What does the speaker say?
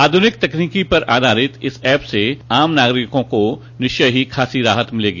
आधुनिक तकनीकी पर आधारित इस एप से आम नागरिकों को निश्चय ही खासी राहत मिलेगी